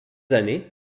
années